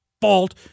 fault